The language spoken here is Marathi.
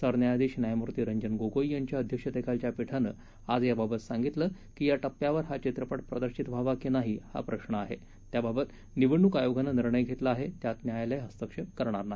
सरन्यायाधीश न्यायमूर्ती रंजन गोगोई यांच्या अध्यक्षतेखालच्या पीठानं आज याबाबत सांगितलं की या टप्प्यावर हा चित्रपट प्रदर्शित व्हावा की नाही हा प्रश्न आहे त्याबाबत निवडणूक आयोगानं निर्णय घेतला आहे त्यात न्यायालय हस्तक्षेप करणार नाही